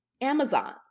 Amazon